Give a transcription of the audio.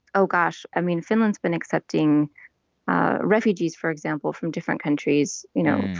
oh, gosh. i mean, finland's been accepting refugees, for example, from different countries, you know,